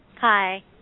Hi